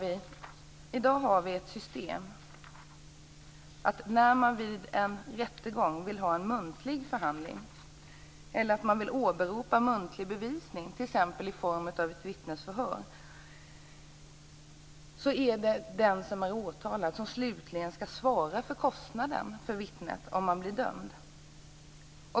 I dag är systemet sådant att när man vid en rättegång vill ha en muntlig förhandling eller åberopa muntlig bevisning, t.ex. i form av ett vittnesförhör, är det den åtalade som, om hon eller han blir dömd, slutligen skall svara för kostnaden för vittnet.